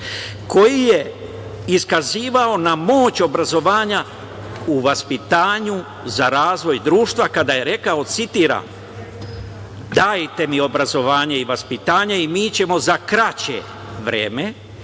koji je iskazivao na moć obrazovanja u vaspitanju za razvoj društva, kada je rekao, citiram: „Dajte mi obrazovanje i vaspitanje i mi ćemo za kraće vreme